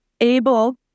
able